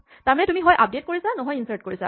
তাৰমানে তুমি হয় আপডেট কৰিছা নহয় ইনছাৰ্ট কৰিছা